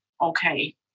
okay